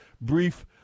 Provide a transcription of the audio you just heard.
brief